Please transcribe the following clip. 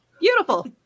beautiful